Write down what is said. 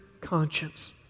conscience